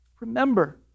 Remember